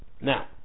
now